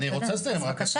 אני רוצה לסיים רק -- בבקשה.